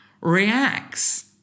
reacts